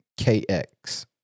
KX